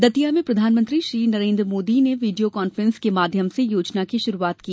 दतिया में प्रधानमंत्री Shri Modi video conference के माध्यम से योजना की शुरुआत की